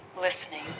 listening